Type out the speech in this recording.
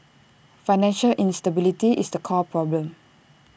financial instability is the core problem